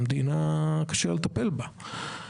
המדינה מתקשה לטפל בהם.